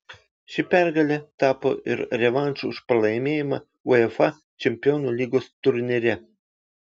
ši pergalė tapo ir revanšu už pralaimėjimą uefa čempionų lygos turnyre